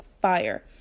fire